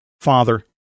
Father